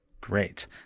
great